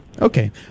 Okay